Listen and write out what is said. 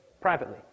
Privately